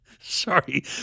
Sorry